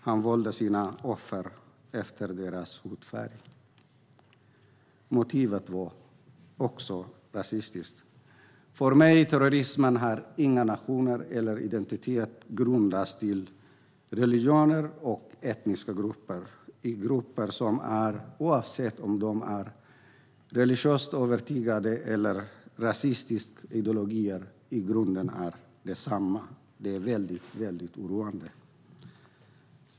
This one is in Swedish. Han valde sina offer efter deras hudfärg. Även hans motiv var rasistiskt. För mig har terrorismen inga nationer eller identiteter. Den grundas i religioner och etniska grupper. Oavsett om de bygger på religiös övertygelse eller rasistiska ideologier är grunden densamma. Det är väldigt oroande.